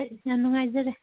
ꯌꯥꯝ ꯅꯨꯡꯉꯥꯏꯖꯔꯦ